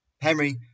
Henry